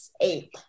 eight